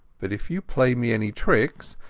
but if you play me any tricks,